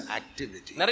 activity